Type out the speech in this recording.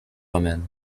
romaine